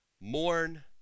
mourn